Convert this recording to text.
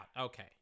Okay